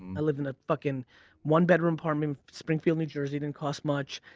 and i lived in a fucking one-bedroom apartment in springfield, new jersey. didn't cost much.